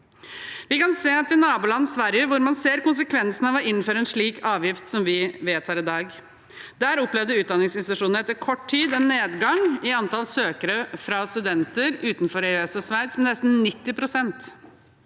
Vi kan se til nabolandet Sverige, hvor man ser konsekvensene av å innføre en slik avgift som vi vedtar i dag. Der opplevde utdanningsinstitusjonene etter kort tid en nedgang i antall søkere fra studenter utenfor EØS og Sveits, med nesten 90 pst.